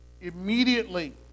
Immediately